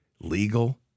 legal